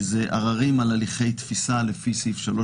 שהם ערערים על הליכי תפיסה לפי סעיף 3